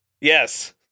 Yes